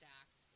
act